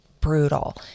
brutal